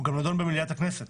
נדון במליאת הכנסת